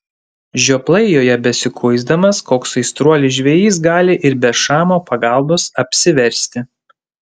žioplai joje besikuisdamas koks aistruolis žvejys gali ir be šamo pagalbos apsiversti